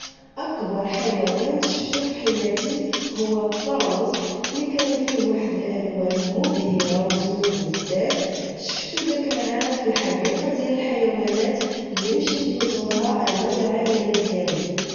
أكبر حيوان شفتو فحياتي هو الطوس لي كانو فيه واحد الألوان مبهرة أو زوينة بزاف شفتو داك العام فالحديقة ديال الحيونات لي مشيت نزورها أنا أو العائلة ديالي